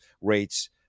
rates